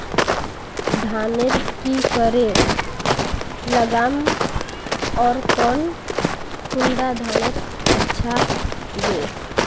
धानेर की करे लगाम ओर कौन कुंडा धानेर अच्छा गे?